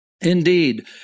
Indeed